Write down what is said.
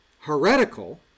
heretical